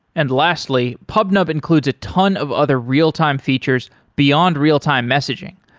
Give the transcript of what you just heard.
and lastly, pubnub includes a ton of other real-time features beyond real-time messaging,